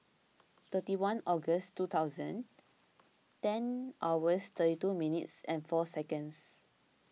thirty one August two thousand ten hours thirty two minutes four seconds